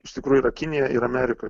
iš tikrųjų yra kinija ir amerika